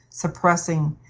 suppressing,